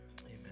Amen